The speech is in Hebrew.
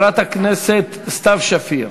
חברת הכנסת סתיו שפיר,